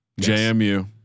JMU